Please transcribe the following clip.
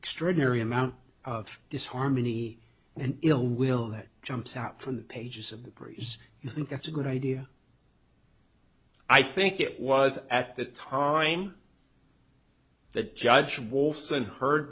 extraordinary amount of disharmony and ill will that jumps out from the pages of the breeze you think that's a good idea i think it was at the time that judge wolfson heard